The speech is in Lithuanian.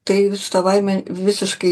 tai savaime visiškai